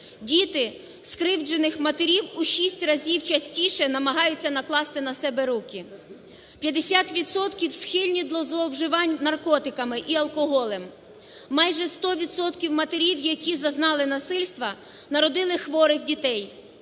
Діти скривджених матерів у 6 разів частіше намагаються накласти на себе руки, 50 відсотків схильні до зловживань наркотиками і алкоголем. Майже 100 відсотків матерів, які зазнали насильства, народили хворих дітей,